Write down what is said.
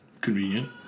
Convenient